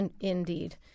Indeed